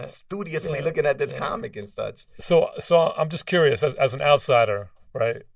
ah studiously looking at this comic and such so so i'm just curious, as as an outsider, right?